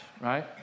right